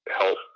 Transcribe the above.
help